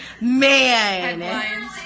Man